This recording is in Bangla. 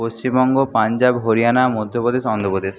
পশ্চিমবঙ্গ পাঞ্জাব হরিয়ানা মধ্যপ্রদেশ অন্ধ্রপ্রদেশ